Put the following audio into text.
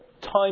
time